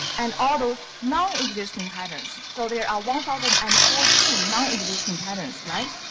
and all those non-existing patterns, so there are one thousand and fourteen non-existing patterns, right?